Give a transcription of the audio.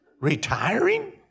Retiring